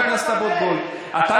את השעון שלך כשאנחנו מדברים, אה?